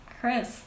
Chris